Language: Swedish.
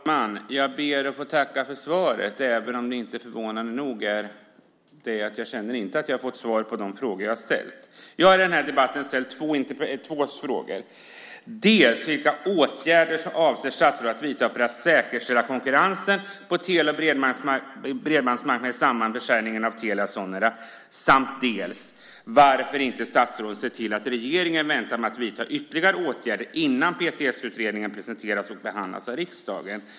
Herr talman! Jag ber att få tacka för svaret som, inte så förvånande, inte är sådant att jag känner att jag fått svar på de frågor jag ställt. Jag har i min interpellation ställt två frågor. Jag har frågat dels vilka åtgärder statsrådet avser att vidta för att säkerställa konkurrensen på tele och bredbandsmarknaden i samband med försäljningen av Telia Sonera, dels varför statsrådet inte ser till att regeringen väntar med att vidta ytterligare åtgärder tills PTS utredning presenterats och behandlats av riksdagen.